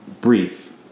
brief